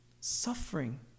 Suffering